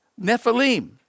Nephilim